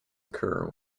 occur